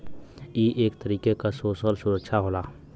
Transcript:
ई एक तरीके क सोसल सुरक्षा होला